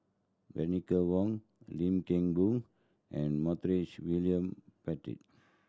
Bernice Wong Lim Kim Boon and Montague William Pett